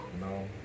no